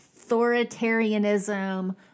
authoritarianism